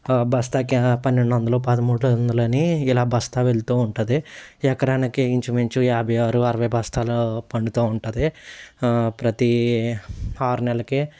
బస్తాకి పన్నెండు వందలు పదమూడు వందలు అని ఇలా బస్తా వెళ్తూ ఉంటుంది ఎకరానికి ఇంచుమించు యాభై ఆరు అరవై బస్తాలు పండుతా ఉంటుంది ప్రతి ఆరు నెలలకి